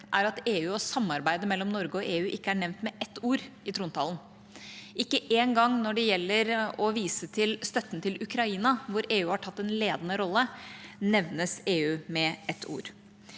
er at EU og samarbeidet mellom Norge og EU ikke er nevnt med ett ord i trontalen. Ikke engang når det gjelder å vise til støtten til Ukraina, hvor EU har tatt en ledende rolle, nevnes EU med ett ord.